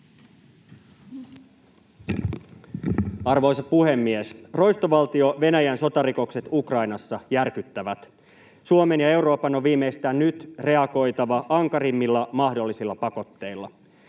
Arvoisa puhemies! Roistovaltio Venäjän sotarikokset Ukrainassa järkyttävät. Suomen ja Euroopan on viimeistään nyt reagoitava ankarimmilla mahdollisilla pakotteilla.